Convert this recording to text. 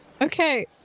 Okay